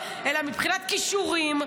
אלא מבחינת כישורים,